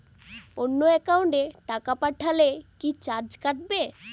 অন্য একাউন্টে টাকা পাঠালে কি চার্জ কাটবে?